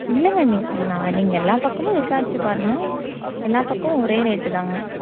இல்லைங்க நீங் நான் நீங்கள் எல்லா பக்கமும் விசாரித்து பாருங்க எல்லா பக்கமும் ஒரே ரேட்டு தாங்க